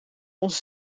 onze